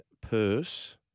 purse